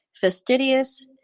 fastidious